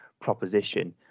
proposition